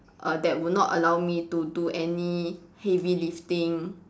uh that will not allow me to do any heavy lifting